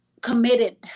committed